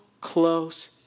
close